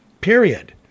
Period